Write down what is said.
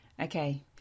Okay